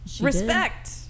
Respect